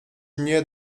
nie